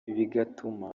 bigatuma